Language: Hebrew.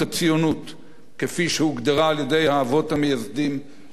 כפי שהוגדרה על-ידי האבות המייסדים של מדינת ישראל.